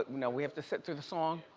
no, we have to sit through the song?